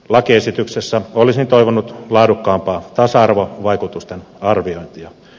lakiesityksessä olisin toivonut laadukkaampaa tasa arvovaikutusten arviointia